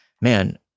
man